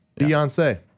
Beyonce